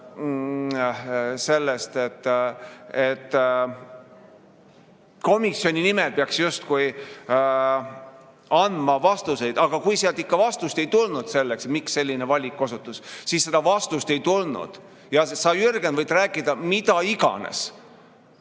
sellest, et komisjoni nimel peaks justkui andma vastuseid, aga kui sealt ikka vastust ei tulnud selle kohta, et miks selline valik osutus, siis seda vastust ei tulnud. Sa, Jürgen, võid rääkida mida iganes.